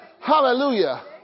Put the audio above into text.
Hallelujah